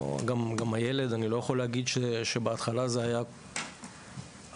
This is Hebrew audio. אני לא יכול להגיד שבהתחלה זו הייתה המטרה